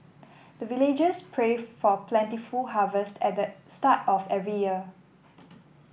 the villagers pray for plentiful harvest at the start of every year